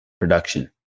production